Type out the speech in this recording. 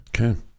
Okay